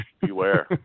beware